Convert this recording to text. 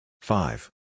Five